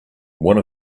one